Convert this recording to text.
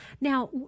now